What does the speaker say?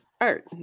art